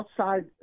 outside